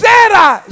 Sarah